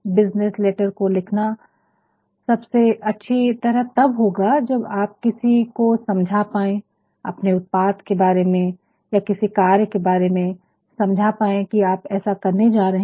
business letter को लिखना सबसे अच्छी तरह तब होगा जब आप किसी को समझा पाए अपने उत्पाद के बारे में या किसी कार्य के बारे में समझा पाए कि आप ऐसा करने जा रहे हैं